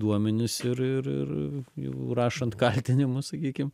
duomenis ir ir ir jau rašant kaltinimus sakykim